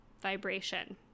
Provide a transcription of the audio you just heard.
vibration